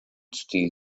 steel